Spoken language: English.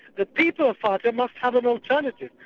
the people of fata must have an alternative,